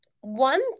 one